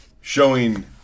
showing